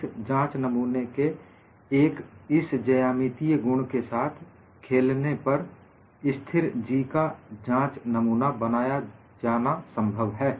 इस जांच नमूने के इस ज्यामितीय गुण के साथ खेलने पर स्थिर G का जांच नमूना बनाया जाना संभव है